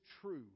true